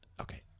okay